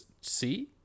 see